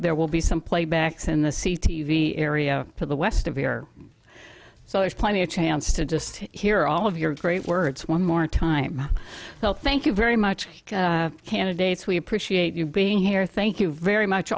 there will be some playbacks in the c t v area to the west of here so there's plenty a chance to just hear all of your great words one more time well thank you very much candidates we appreciate you being here thank you very much